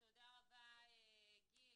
תודה רבה, גיל.